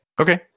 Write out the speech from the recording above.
Okay